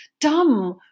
dumb